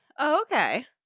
Okay